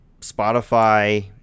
spotify